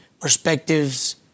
perspectives